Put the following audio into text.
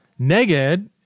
Neged